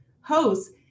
hosts